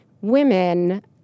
women